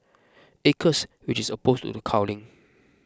acres which is opposed to culling